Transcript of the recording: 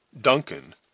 Duncan